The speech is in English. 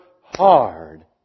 hard